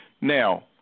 Now